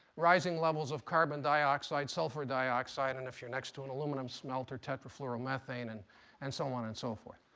rising levels of carbon dioxide, sulfur dioxide. and if you're next to an aluminum smelter, tetrafluoromethane. and and so on and so forth.